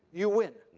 you win.